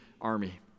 army